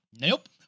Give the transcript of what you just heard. Nope